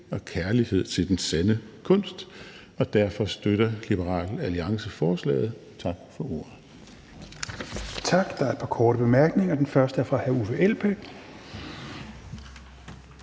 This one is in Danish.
og kærlighed til den sande kunst, og derfor støtter Liberal Alliance forslaget. Tak for ordet.